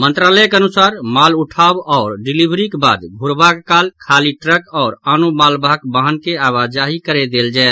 मंत्रालयक अनुसार माल उठाव आओर डिलीभरी के बाद घूड़बाक काल खाली ट्रक आओर आनो मालवाहक वाहन के आवाजाही करय देल जाय